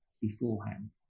beforehand